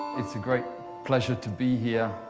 it's a great pleasure to be here.